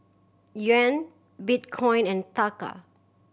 Yuan Bitcoin and Taka